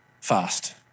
fast